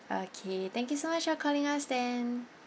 okay thank you so much for calling us then